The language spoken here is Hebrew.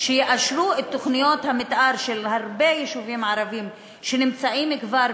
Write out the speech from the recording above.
לאשר את תוכניות המתאר של הרבה יישובים ערביים שנמצאים כבר